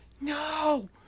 No